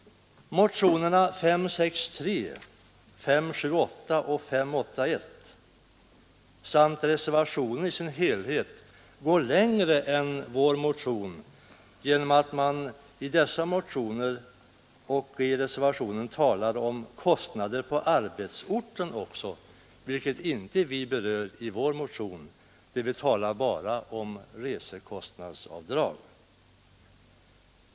Motionerna 563, 578 och 581 samt reservationen i sin helhet går längre än vår motion genom att man i dessa motioner och i reservationen också talar om kostnader på arbetsorten, vilket vi inte berör i vår motion där vi bara talar om resekostnadsavdrag.